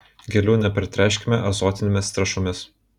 gėlių nepertręškime azotinėmis trąšomis